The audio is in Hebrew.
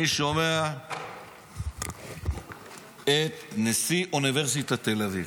אני שומע את נשיא אוניברסיטת תל אביב,